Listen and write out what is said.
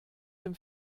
dem